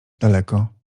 daleko